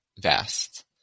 vast